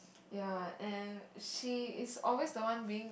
ya and she is always the one being